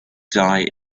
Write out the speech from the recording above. die